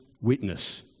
witness